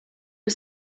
was